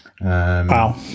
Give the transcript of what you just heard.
Wow